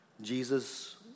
Jesus